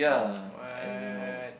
what